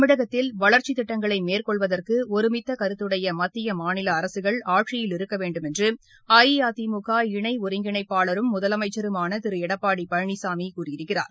தமிழகத்தில் வளர்ச்சித் திட்டங்களை மேற்கொள்வதற்கு ஒருமித்த கருத்துடைய மத்திய மாநில அரசுகள் ஆட்சியில் இருக்க வேண்டும் என்று அஇஅதிமுக இணை ஒருங்கிணைப்பாளரும் முதலமைச்சருமான திரு எடப்பாடி பழனிசாமி கூறியிருக்கிறார்